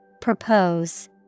Propose